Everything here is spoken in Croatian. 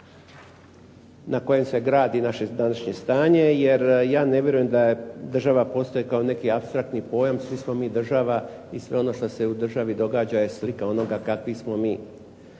na kojem se gradi naše današnje stanje, jer ja ne vjerujem da država postoji kao neki apstraktni pojam. Svi smo mi država i sve ono što se u državi događa je slika onoga kakvi smo mi.